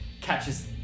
catches